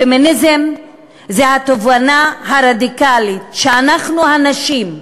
פמיניזם זה התובנה הרדיקלית שאנחנו, הנשים,